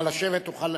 נא לשבת.